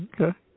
Okay